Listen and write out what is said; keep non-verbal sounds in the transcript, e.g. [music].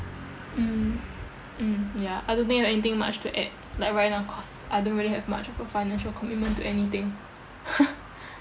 mm mm ya I don't think I have anything much to add like right now cause I don't really have much of a financial commitment to anything [laughs]